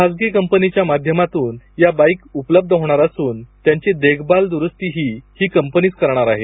खाजगी कंपनीच्या माध्यमातून या बाईक उपलब्ध होणार असून त्याची देखभाल दुरुस्तीही ही कंपनीच करणार आहे